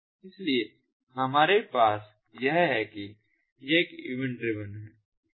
इसलिए हमारे पास यह है कि यह ईवेंट ड्रिवेन है